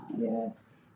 yes